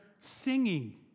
singing